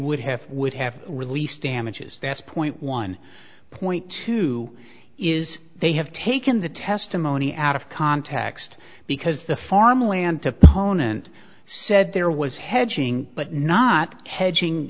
would have would have released damages that's point one point two is they have taken the testimony out of context because the farmland opponent said there was hedging but not hedging